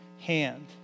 hand